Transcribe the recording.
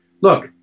look